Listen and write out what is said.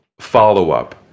follow-up